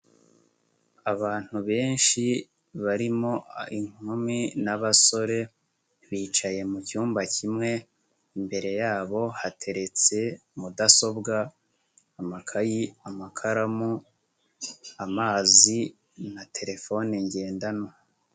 Abantu benshi barimo inkumi n'abasore bicaye mu cyumba kimwe imbere yabo hateretse mudasobwa, amakayi, amakaramu, amazi, na terefone ngendanwa.